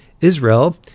Israel